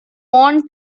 want